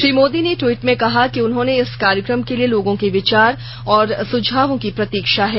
श्री मोदी ने ट्वीट में कहा है कि उन्हेंन इस कार्यक्रम के लिए लोगों के विचार और सुझावों की प्रतीक्षा है